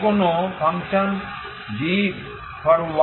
যে কোনও function g